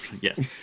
yes